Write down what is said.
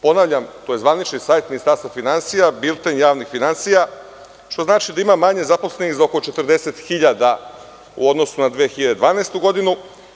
Ponavljam, to je zvanični sajt Ministarstva finansija, Bilten javnih finansija, što znači da ima manje zaposlenih za oko 40.000 u odnosu na 2012. godinu.